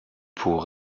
pour